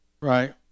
right